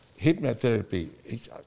hypnotherapy